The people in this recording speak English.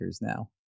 now